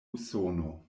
usono